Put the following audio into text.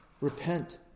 Repent